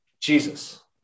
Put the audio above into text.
Jesus